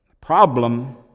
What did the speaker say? problem